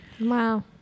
Wow